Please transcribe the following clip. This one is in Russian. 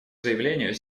заявлению